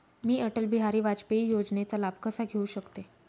मी अटल बिहारी वाजपेयी योजनेचा लाभ कसा घेऊ शकते?